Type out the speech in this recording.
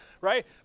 Right